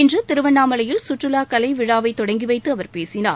இன்று திருவண்ணாமலையில் சுற்றுலா கலைவிழாவை தொடங்கி வைத்து அவர் பேசினார்